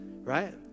Right